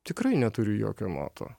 tikrai neturiu jokio moto